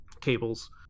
cables